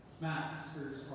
Masters